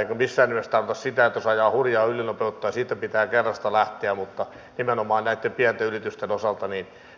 enkä missään nimessä tarkoita sitä jos ajaa hurjaa ylinopeutta siitä pitää kerrasta lähteä mutta nimenomaan näitten pienten yritysten osalta